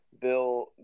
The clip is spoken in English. Bill